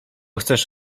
chcesz